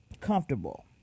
comfortable